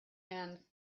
and